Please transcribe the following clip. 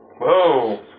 Whoa